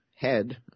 head